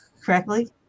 correctly